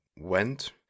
went